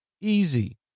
easy